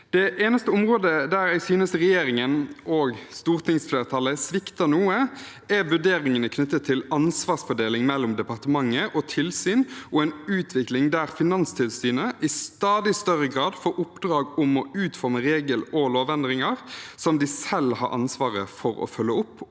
Det eneste området der jeg synes regjeringen og stortingsflertallet svikter noe, er vurderingene knyttet til ansvarsfordeling mellom departement og tilsyn og en utvikling der Finanstilsynet i stadig større grad får oppdrag om å utforme regel- og lovendringer som de selv har ansvaret for å følge opp